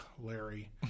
Larry